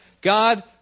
God